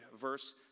verse